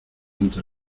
ante